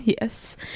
yes